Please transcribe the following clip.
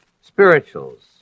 spirituals